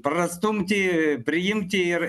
prastumti priimti ir